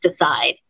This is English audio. decide